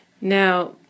Now